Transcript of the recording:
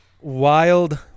wild